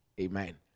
Amen